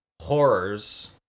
horrors